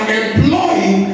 employing